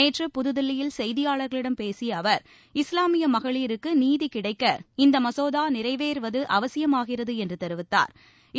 நேற்று புதுதில்லியில் செய்தியாளாகளிடம் பேசிய அவர் இஸ்லாமிய மகளிருக்கு நீதி கிடைக்க இந்த மசோதா நிறைவேறுவது அவசியமாகிறது என்று தெரிவித்தாா்